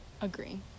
agree